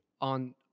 on